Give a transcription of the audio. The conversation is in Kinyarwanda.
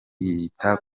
yiyita